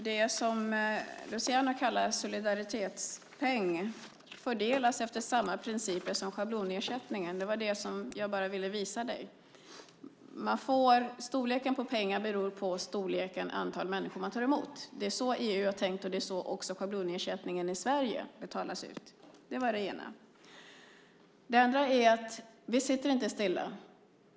Fru talman! Det som Luciano kallar solidaritetspeng fördelas efter samma principer som schablonersättningen. Jag vill bara visa dig detta, Luciano. Storleken på ersättningen beror på antalet människor man tar emot. Det är så EU har tänkt, och det också så schablonersättningen i Sverige betalas ut. Det var det ena. Det andra är att vi inte sitter stilla.